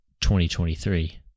2023